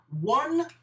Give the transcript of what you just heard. one